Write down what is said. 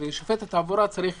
שופט התעבורה צריך